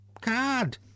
card